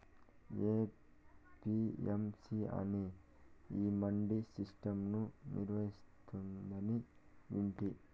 APMC అనేది ఈ mandi system ను నిర్వహిస్తాందని వింటి